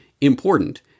important